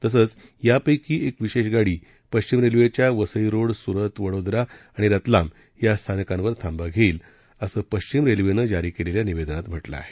तसंच यापैकी एक विशेष गाडी पश्चिम रेल्वेच्या वसई रोड सुरत वडोदरा आणि रतलाम या स्थानकावर थांबा घेईल असं पश्चिम रेल्वेनं जारी केलेल्या निवेदनात म्हटलं आहे